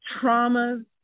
traumas